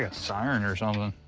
yeah siren or something.